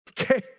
Okay